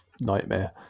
nightmare